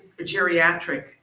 geriatric